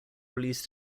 released